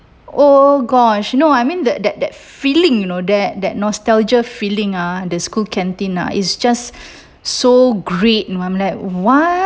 oh gosh you know I mean that that that feeling you know that that nostalgia feeling ah the school canteen ah is just so great you know I'm like what